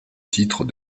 titre